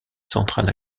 centrales